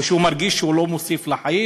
או שהוא מרגיש שהוא לא מוסיף לחיים,